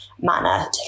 manner